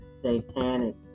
satanic